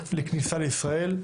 לכניסה לישראל,